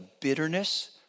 bitterness